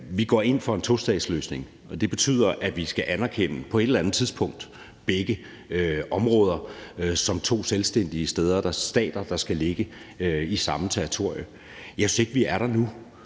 Vi går ind for en tostatsløsning, og det betyder, at vi på et eller andet tidspunkt skal anerkende begge områder som to selvstændige stater, der skal ligge på samme territorie. Jeg synes ikke, vi er der nu.